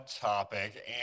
topic